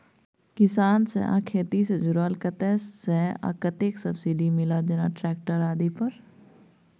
किसान से आ खेती से जुरल कतय से आ कतेक सबसिडी मिलत, जेना ट्रैक्टर आदि पर?